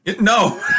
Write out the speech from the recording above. No